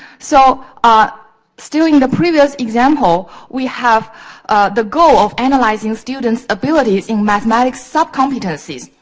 so, ah still in the previous example, we have the goal of analyzing students' abilities in mathematics sub-competencies.